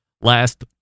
last